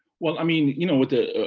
well, i mean, you know, with